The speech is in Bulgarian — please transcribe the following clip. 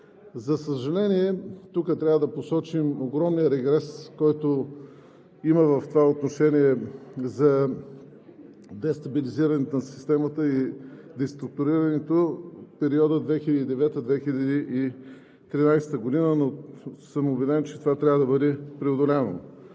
За съжаление, тук трябва да посочим огромния регрес, който има в това отношение за дестабилизирането на системата и деструктурирането в периода 2009 – 2013 г., но съм убеден, че това трябва да бъде преодоляно.